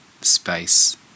space